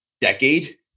decade